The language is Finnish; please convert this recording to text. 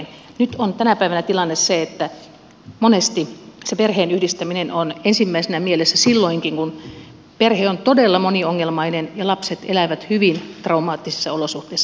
nyt on tänä päivänä tilanne se että monesti se perheen yhdistäminen on ensimmäisenä mielessä silloinkin kun perhe on todella moniongelmainen ja lapset elävät hyvin traumaattisissa olosuhteissa